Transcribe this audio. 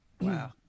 Wow